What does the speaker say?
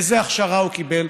איזו הכשרה הוא קיבל.